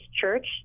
Church